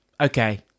okay